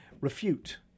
Refute